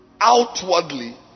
outwardly